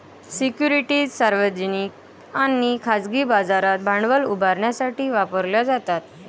securities सार्वजनिक आणि खाजगी बाजारात भांडवल उभारण्यासाठी वापरल्या जातात